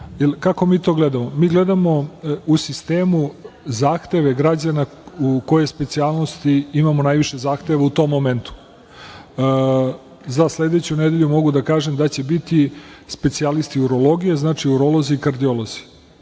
Kako mi to gledamo? Mi gledamo u sistemu zahteve građana u kojoj specijalnosti imamo najviše zahteva u tom momentu. Za sledeću nedelju mogu da kažem da će biti specijalisti urologije. Znači, urolozi i kardiolozi.